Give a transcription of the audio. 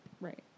Right